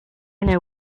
know